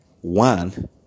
one